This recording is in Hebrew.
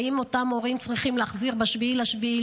האם אותם הורים צריכים לחזור ב-7 ביולי,